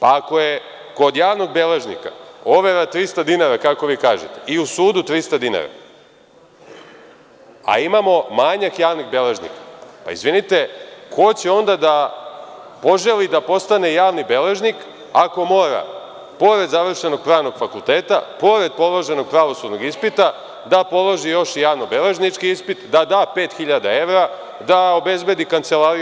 Ako je kod javnog beležnika overa 300 dinara, kako kažete, i u sudu 300 dinara, a imamo manjak javnih beležnika, ko će onda da poželi da postane javni beležnik ako mora, pored završenog pravnog fakulteta, pored položenog pravosudnog ispita, da položi još i javno beležnički ispit, da da pet hiljada evra, da obezbedi kancelariju…